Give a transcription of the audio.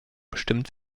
bestimmt